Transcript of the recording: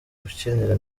ukinira